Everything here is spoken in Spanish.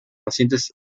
pacientes